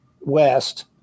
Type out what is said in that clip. West